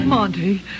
Monty